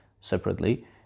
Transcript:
separately